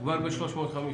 כבר ב-350.